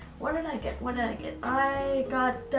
what did i get, what did i get? i got,